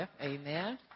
Amen